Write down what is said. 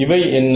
இவை என்ன